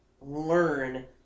learn